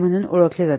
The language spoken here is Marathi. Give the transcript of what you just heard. म्हणून ओळखले जाते